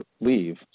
leave